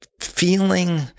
feeling